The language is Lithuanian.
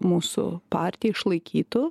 mūsų partija išlaikytų